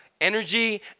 energy